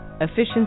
efficiency